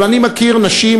אבל אני מכיר נשים,